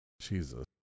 Jesus